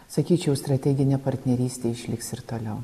sakyčiau strateginė partnerystė išliks ir toliau